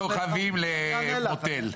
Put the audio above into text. ההבדל הוא בין מלון חמישה כוכבים למוטל.